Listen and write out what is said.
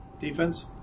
Defense